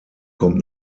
kommt